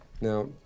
Now